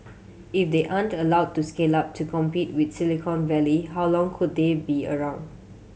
if they aren't allowed to scale up to compete with Silicon Valley how long could they be around